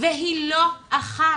והיא לא אחת.